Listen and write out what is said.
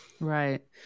Right